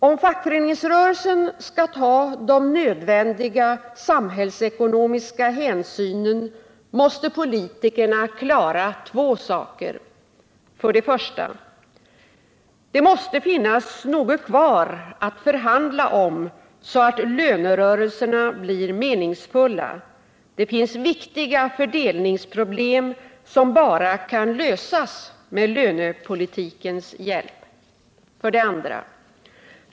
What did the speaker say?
Om fackföreningsrörelsen skall ta de nödvändiga samhällsekonomiska hänsynen måste politikerna klara två saker: 1. Det måste finnas något kvar att förhandla om, så att lönerörelserna blir meningsfulla. Det finns viktiga fördelningsproblem, som kan lösas bara med lönepolitikens hjälp. 2.